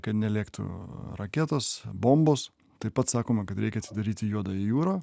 kad nelėktų raketos bombos taip pat sakoma kad reikia atidaryti juodąją jūrą